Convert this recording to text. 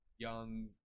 young